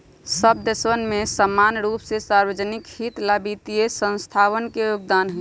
सब देशवन में समान रूप से सार्वज्निक हित ला वित्तीय संस्थावन के योगदान हई